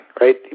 right